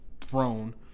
throne